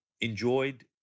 enjoyed